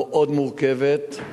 מאוד מורכבת,